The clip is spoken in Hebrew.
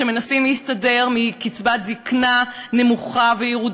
שמנסים להסתדר מקצבת זיקנה נמוכה וירודה